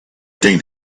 think